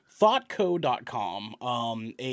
Thoughtco.com